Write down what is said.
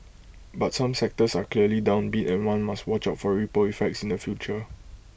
but some sectors are clearly downbeat and one must watch out for ripple effects in the future